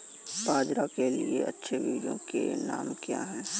बाजरा के लिए अच्छे बीजों के नाम क्या हैं?